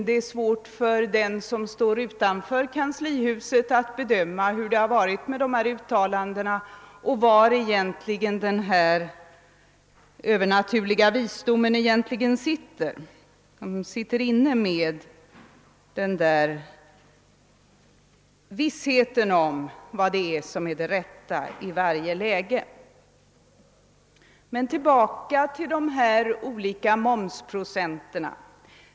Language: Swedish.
Det är svårt för den som står utanför kanslihuset att bedöma hur det förhåller sig med dessa uttalanden och vem som egentligen sitter inne med denna övernaturliga visdom och vissheten om vad som är det rätta i varje läge. Men tillbaka till de olika momsprocenten!